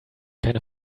keine